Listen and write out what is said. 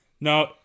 no